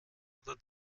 oder